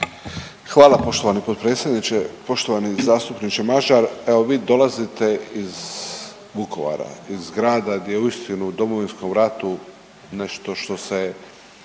Hvala poštovani potpredsjedniče. Poštovani zastupniče Mažar, evo vi dolazite iz Vukovara, iz grada gdje je uistinu u Domovinskom ratu nešto što se